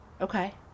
Okay